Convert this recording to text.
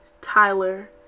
Tyler